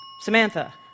Samantha